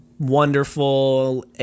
Wonderful